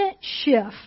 shift